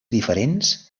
diferents